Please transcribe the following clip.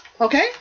Okay